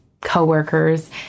coworkers